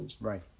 Right